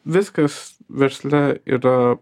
viskas versle yra